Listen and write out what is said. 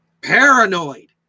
paranoid